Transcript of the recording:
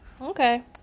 Okay